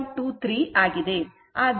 23 ಆಗಿದೆ